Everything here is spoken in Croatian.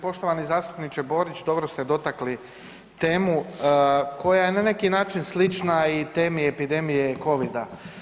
Poštovani zastupniče Borić, dobro ste dotakli temu koja je na neki način slična i temi epidemije covida.